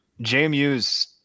JMU's